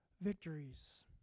victories